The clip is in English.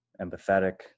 empathetic